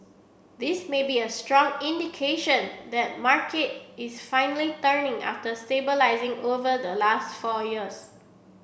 this may be a strong indication that the market is finally turning after stabilising over the last four years